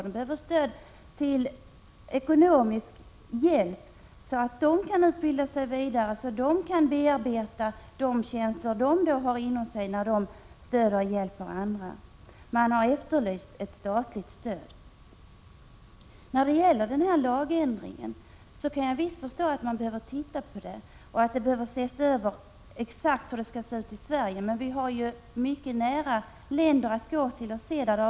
De behöver ekonomisk hjälp för att utbilda sig vidare, så att de kan bearbeta de känslor som de har inom sig när de stöder och hjälper andra. Man har efterlyst ett statligt stöd. Jag kan förstå att man behöver fundera över hur en lagändring skall se ut i Sverige. Men vi har möjlighet att studera förhållandena i näraliggande 21 länder.